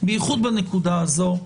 בייחוד בנקודה הזו,